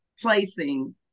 placing